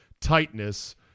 tightness